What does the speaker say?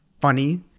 funny